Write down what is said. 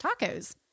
tacos